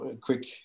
quick